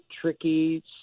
tricky